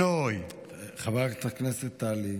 חברת הכנסת טלי.